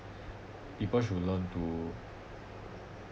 people should learn to